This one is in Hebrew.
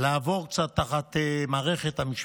לעבור קצת תחת מערכת המשפט.